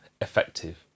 effective